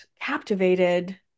captivated